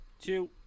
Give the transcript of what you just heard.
two